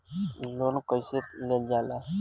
Loan कईसे लेल जाला?